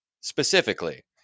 specifically